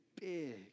big